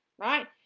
right